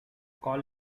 call